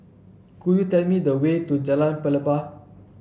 could you tell me the way to Jalan Pelepah